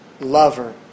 lover